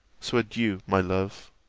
so adieu, my love.